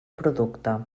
producte